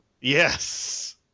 Yes